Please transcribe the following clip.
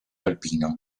alpino